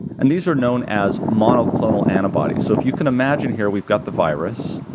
and these are known as monoclonal antibodies. so, if you can imagine, here, we've got the virus,